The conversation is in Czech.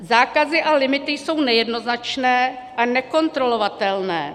Zákazy a limity jsou nejednoznačné a nekontrolovatelné.